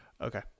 Okay